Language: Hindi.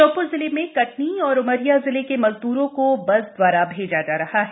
श्योप्र जिले में कटनी और उमरिया जिले के मजद्रों को बस दवारा भेजा जा रहा है